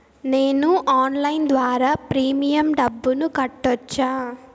నేను ఆన్లైన్ ద్వారా ప్రీమియం డబ్బును కట్టొచ్చా?